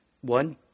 One